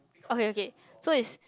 okay okay so is